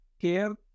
care